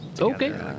Okay